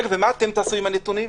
רגע, ומה אתם תעשו עם הנתונים?